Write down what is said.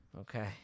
Okay